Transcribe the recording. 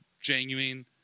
genuine